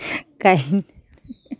गाय